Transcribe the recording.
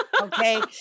Okay